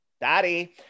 Daddy